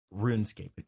runescape